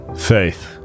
Faith